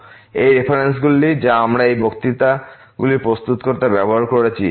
এই রেফারেন্সগুলি যা আমরা এই বক্তৃতা গুলি প্রস্তুত করতে ব্যবহার করেছি এবং